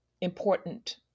important